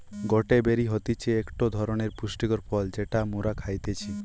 গটে বেরি হতিছে একটো ধরণের পুষ্টিকর ফল যেটা মোরা খাইতেছি